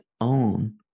own